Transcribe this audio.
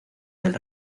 del